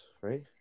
Right